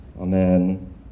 Amen